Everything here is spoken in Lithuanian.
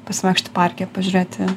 pasivaikščioti parke pažiūrėti